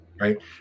Right